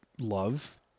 love